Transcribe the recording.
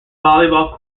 volleyball